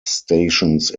stations